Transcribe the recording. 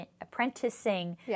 apprenticing